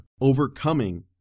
overcoming